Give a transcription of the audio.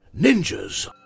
Ninjas